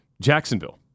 Jacksonville